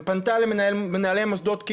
ופנתה למנהלי מוסדות,